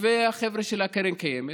והחבר'ה של קרן קיימת,